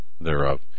thereof